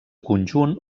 conjunt